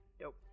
Nope